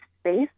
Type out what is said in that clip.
space